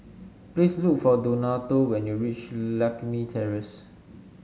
please look for Donato when you reach Lakme Terrace